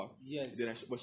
Yes